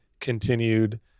continued